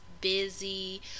busy